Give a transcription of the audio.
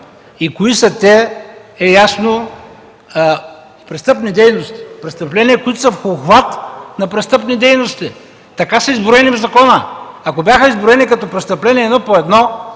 Кои са те е ясно – престъпления, които са в обхвата на престъпни дейности, така са изброени в закона. Ако бяха изброени като престъпление – едно по едно,